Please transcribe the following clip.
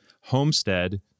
Homestead